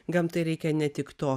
gamtai reikia ne tik to